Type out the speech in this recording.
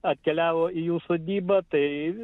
atkeliavo į jų sodybą tai